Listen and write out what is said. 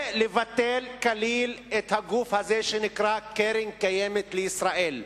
לבטל כליל את הגוף הזה שנקרא קרן קיימת לישראל.